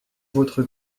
votre